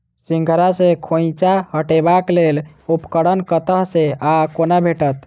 सिंघाड़ा सऽ खोइंचा हटेबाक लेल उपकरण कतह सऽ आ कोना भेटत?